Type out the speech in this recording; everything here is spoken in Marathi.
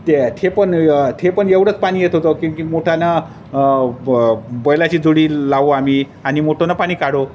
ते ते पण ते पण एवढंच पाणी येत होतं कीन की मोटानं ब बैलाची जोडी लावू आम्ही आणि मोटंनं पाणी काढू